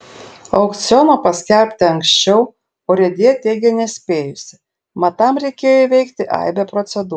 aukciono paskelbti anksčiau urėdija teigia nespėjusi mat tam reikėjo įveikti aibę procedūrų